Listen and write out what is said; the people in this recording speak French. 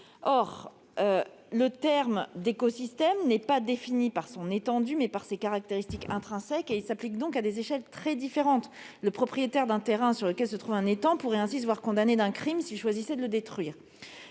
Or le terme d'écosystème n'est pas défini par son étendue, mais par ses caractéristiques intrinsèques. Il s'applique donc à des échelles très différentes. Le propriétaire d'un terrain sur lequel se trouve un étang pourrait ainsi se voir condamné pour un tel crime s'il choisissait de le détruire.